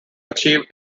achieve